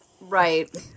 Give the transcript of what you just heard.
Right